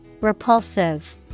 Repulsive